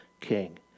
king